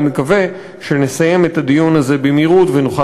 אני מקווה שנסיים את הדיון הזה במהירות ונוכל